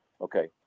okay